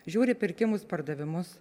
žiūri pirkimus pardavimus